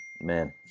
Man